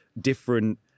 different